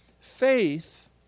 Faith